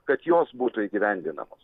kad jos būtų įgyvendinamos